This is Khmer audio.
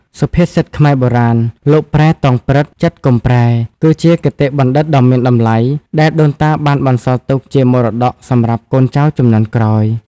សុភាសិតខ្មែរបុរាណ "លោកប្រែ តោងព្រឹត្តិ ចិត្តកុំប្រែ" គឺជាគតិបណ្ឌិតដ៏មានតម្លៃ ដែលដូនតាបានបន្សល់ទុកជាមរតកសម្រាប់កូនចៅជំនាន់ក្រោយ។